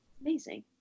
Amazing